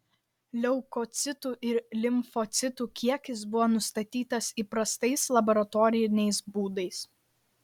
leukocitų ir limfocitų kiekis buvo nustatytas įprastais laboratoriniais būdais